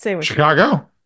Chicago